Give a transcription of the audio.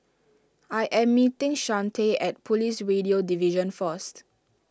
I am meeting Shante at Police Radio Division first